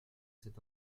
cet